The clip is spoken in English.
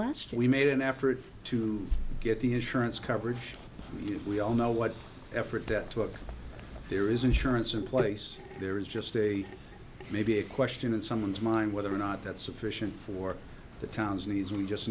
last we made an effort to get the insurance coverage we all know what effort that took there is insurance in place there is just a maybe a question in someone's mind whether or not that's sufficient for the